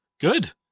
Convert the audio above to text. Good